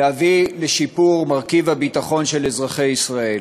להביא לשיפור מרכיב הביטחון של אזרחי ישראל,